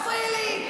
אל תפריעי לי.